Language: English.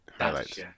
Highlights